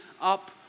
up